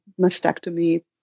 mastectomy